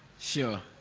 sure,